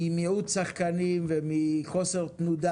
ממיעוט שחקנים ומחוסר תנודה.